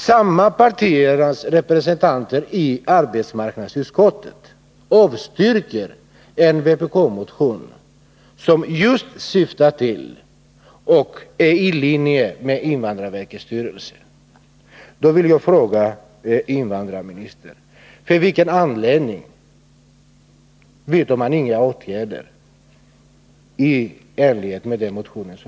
Samma partiers representanter i arbetsmarknadsutskottet avstyrker däremot en vpk-motion som är helt i linje med vad invandrarverkets styrelse anser.